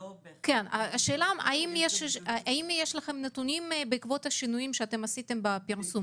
השאלה אם יש נתונים בעקבות השינויים שעשיתם בפרסום?